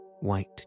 white